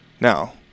Now